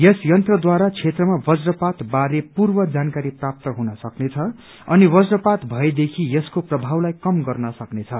यस यन्त्रद्वारा क्षेत्रमा वज्रपात बारे पूर्व जानकारी प्राप्त हुन सक्नेछ अनि वज्रपात भएदेखि यसको प्रभावलाई कम गर्न सक्नेछ